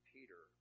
Peter